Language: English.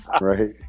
Right